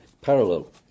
parallel